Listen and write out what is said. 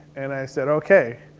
and i said, okay.